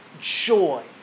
joy